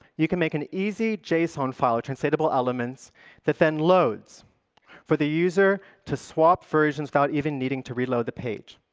you can make an easy json file translatable elements that then loads for the user to swap versions without even needing to reload the page.